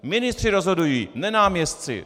Ministři rozhodují, ne náměstci!